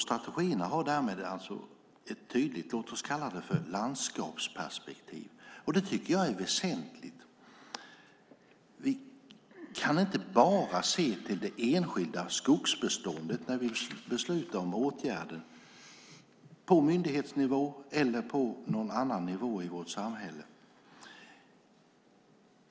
Strategierna har därmed ett tydligt låt oss kalla det landskapsperspektiv. Det tycker jag är väsentligt. Vi kan inte bara se till det enskilda skogsbeståndet när vi beslutar om åtgärder, på myndighetsnivå eller på någon annan nivå i vårt samhälle.